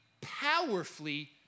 powerfully